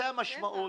זאת המשמעות.